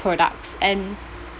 products and